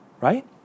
Right